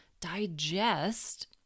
digest